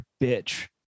bitch